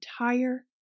entire